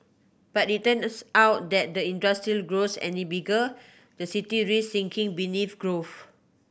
but it turns out that the industry grows any bigger the city risks sinking beneath ground